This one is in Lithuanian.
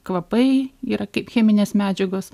kvapai yra kaip cheminės medžiagos